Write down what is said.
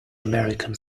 american